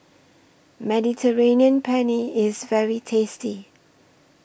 Mediterranean Penne IS very tasty